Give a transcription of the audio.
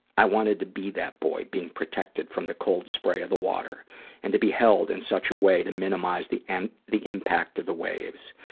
i wanted to be that boy being protected from the cold spray of the water and to be held in such a way to minimize the and the impact of the waves.